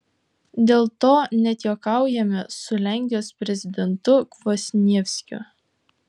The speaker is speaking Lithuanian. dėl to net juokaujame su lenkijos prezidentu kvasnievskiu